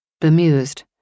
bemused